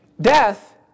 Death